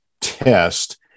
test